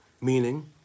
Meaning